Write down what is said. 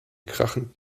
krachend